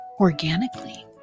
organically